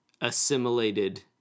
assimilated